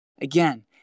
Again